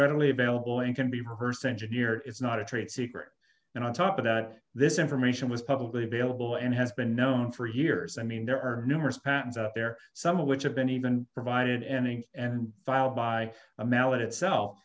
readily available and can be her center near it's not a trade secret and on top of that this information was publicly available and has been known for years i mean there are numerous patents out there some of which have been even provided any and filed by a mallet itself